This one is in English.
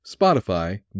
Spotify